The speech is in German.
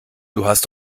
hast